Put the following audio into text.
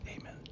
Amen